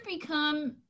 become